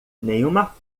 nenhuma